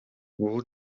бул